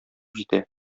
җитә